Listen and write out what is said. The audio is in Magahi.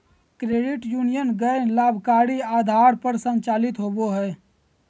क्रेडिट यूनीयन गैर लाभकारी आधार पर संचालित होबो हइ